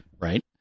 right